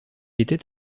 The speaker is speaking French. était